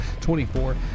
24